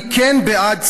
אני כן בעד צביון,